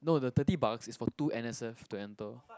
no the thirty bucks is for two N_S_F to enter